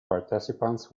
participants